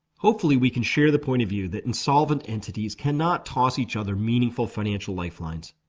hopefully we can share the point of view that insolvent entities cannot toss each other meaningful financial lifelines.